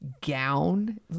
gown